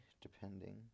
depending